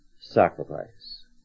sacrifice